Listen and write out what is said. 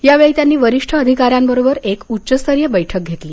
यावेळी त्यांनी वरिष्ठ अधिकाऱ्यांबरोबर एक उच्चस्तरीय बैठक घेतली